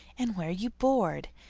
and where you board.